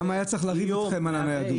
כמה היה צריך לריב אתכם על הניידות.